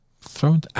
thrown